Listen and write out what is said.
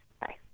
bye